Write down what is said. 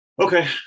Okay